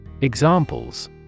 Examples